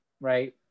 right